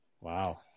Wow